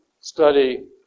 study